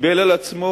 קיבל על עצמו,